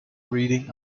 reading